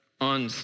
on